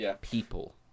people